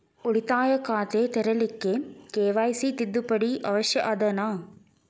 ಉಳಿತಾಯ ಖಾತೆ ತೆರಿಲಿಕ್ಕೆ ಕೆ.ವೈ.ಸಿ ತಿದ್ದುಪಡಿ ಅವಶ್ಯ ಅದನಾ?